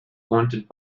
wanted